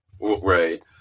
Right